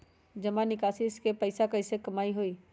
जमा निकासी से पैसा कईसे कमाई होई?